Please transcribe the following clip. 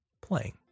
playing